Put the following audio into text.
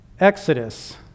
Exodus